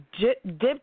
dipped